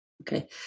Okay